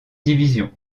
division